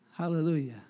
Hallelujah